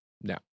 no